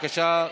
בבקשה,